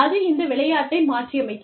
அது இந்த விளையாட்டை மாற்றியமைக்கிறது